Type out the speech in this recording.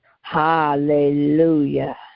hallelujah